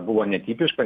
buvo netipiška